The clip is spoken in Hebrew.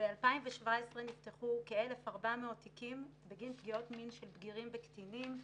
בשנת 2017 נפתחו כ-1,400 תיקים בגין פגיעות מין של קטינים ובגירים.